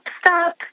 stop